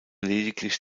lediglich